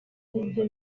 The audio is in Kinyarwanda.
aribyo